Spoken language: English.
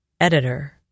Editor